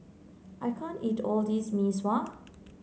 I can't eat all of this Mee Sua